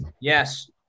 Yes